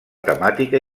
temàtica